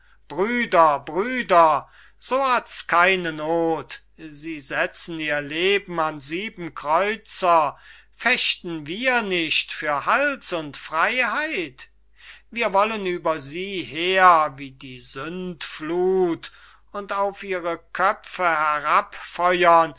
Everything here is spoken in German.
brüder brüder so hat's keine noth sie sezen ihr leben an zehen kreuzer fechten wir nicht für hals und freyheit wir wollen über sie her wie die sündflut und auf ihre köpfe